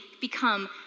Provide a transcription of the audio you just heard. become